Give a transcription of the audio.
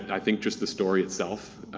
i think just the story itself.